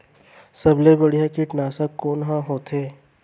सबले बढ़िया कीटनाशक कोन ह होथे?